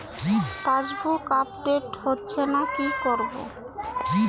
Passbook update হচ্ছেনা কি করবো?